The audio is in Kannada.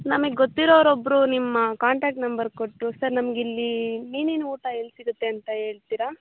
ನಮಗೆ ಗೊತ್ತಿರೋರು ಒಬ್ಬರು ನಿಮ್ಮ ಕಾಂಟ್ಯಾಕ್ಟ್ ನಂಬರ್ ಕೊಟ್ರು ಸರ್ ನಮಗಿಲ್ಲಿ ಮೀನಿನ ಊಟ ಎಲ್ಲಿ ಸಿಗತ್ತೆ ಅಂತ ಹೇಳ್ತೀರಾ